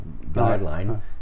guideline